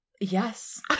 Yes